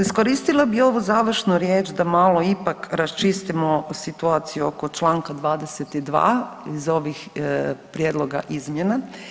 Iskoristila bi ovu završnu riječ da malo ipak raščistimo situaciju oko čl. 22. iz ovih prijedloga izmjena.